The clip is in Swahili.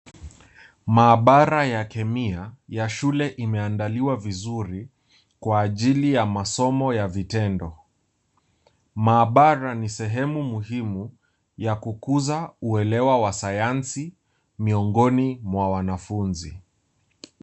Maabara ya kemia ya shule imeandaliwa vizuri kwa ajili ya masomo ya vitendo, maabara ni sehemu muhimu ya kukuza uwelewa wa sayansi miongoni mwa wanafunzi.